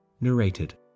Narrated